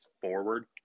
forward